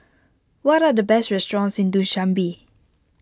what are the best restaurants in Dushanbe